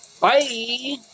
Bye